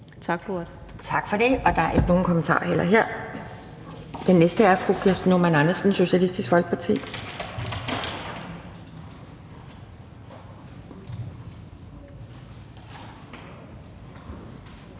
Tak for det,